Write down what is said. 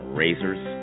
razors